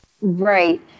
right